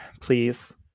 please